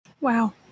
Wow